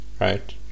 Right